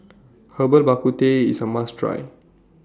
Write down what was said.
Herbal Bak Ku Teh IS A must Try